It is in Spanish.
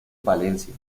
palencia